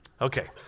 Okay